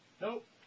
Nope